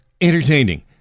entertaining